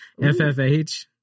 FFH